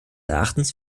erachtens